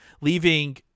leaving